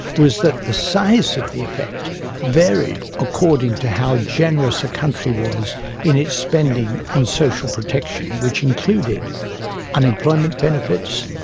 was that the size of the effect varied according to how generous a country was in its spending on social protection' which included unemployment benefits,